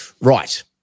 Right